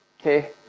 Okay